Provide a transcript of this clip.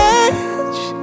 edge